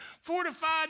fortified